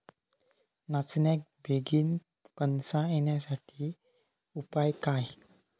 नाचण्याक बेगीन कणसा येण्यासाठी उपाय काय?